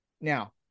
now